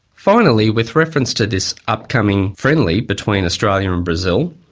finally, with reference to this upcoming friendly between australia and brazil,